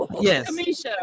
Yes